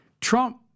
Trump